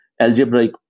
algebraic